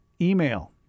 Email